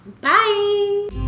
Bye